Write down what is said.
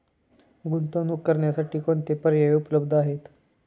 गुंतवणूक करण्यासाठी कोणते पर्याय उपलब्ध आहेत?